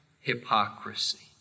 hypocrisy